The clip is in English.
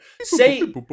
Say